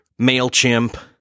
MailChimp